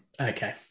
Okay